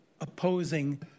opposing